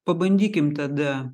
pabandykim tada